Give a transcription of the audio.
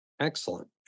Excellent